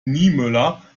niemöller